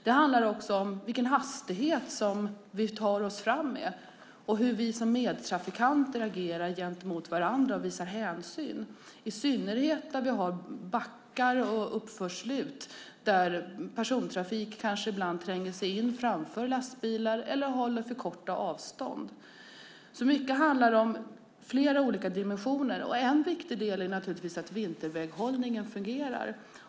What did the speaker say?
Det handlar också om vilken hastighet vi tar oss fram med och hur vi trafikanter agerar och visar hänsyn mot varandra. Det gäller i synnerhet vid backar och uppförslut där persontrafik ibland tränger sig in framför lastbilar eller håller för korta avstånd. Det är flera dimensioner. Det är naturligtvis viktigt att vinterväghållningen fungerar.